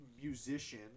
musician